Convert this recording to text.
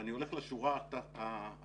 ואני הולך לשורה האחרונה,